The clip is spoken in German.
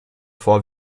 vor